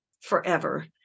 forever